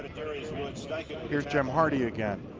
so like and here's jim hardy again.